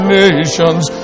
nations